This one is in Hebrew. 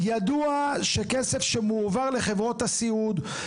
ידוע שכסף שמועבר לחברות הסיעוד,